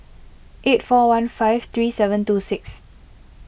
eight four one five three seven two six